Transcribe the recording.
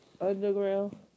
Underground